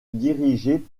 dirigés